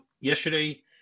yesterday